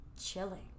chilling